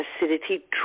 acidity